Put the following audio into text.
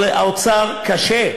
אבל האוצר קשה.